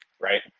right